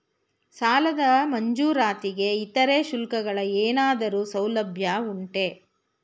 ಸಾಲದ ಮಂಜೂರಾತಿಗೆ ಇತರೆ ಶುಲ್ಕಗಳ ಏನಾದರೂ ಸೌಲಭ್ಯ ಉಂಟೆ?